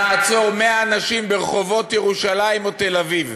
נעצור 100 אנשים ברחובות ירושלים או תל-אביב,